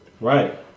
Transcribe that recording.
Right